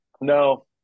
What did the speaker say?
No